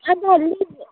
अब लिभ